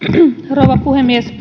rouva puhemies